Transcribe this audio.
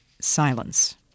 silence